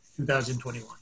2021